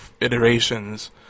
iterations